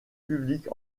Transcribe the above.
publique